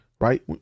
Right